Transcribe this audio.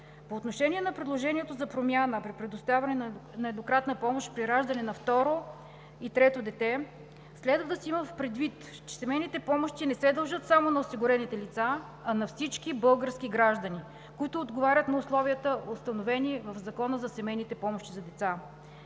По отношение на предложението за промяна при предоставяне на еднократна помощ при раждане на второ и трето дете, следва да се има предвид, че семейните помощи не се дължат само на осигурените лица, а на всички български граждани, които отговарят на условията, установени в Закона за семейните помощи за деца.